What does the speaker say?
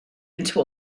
into